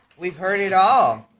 we've heard it all.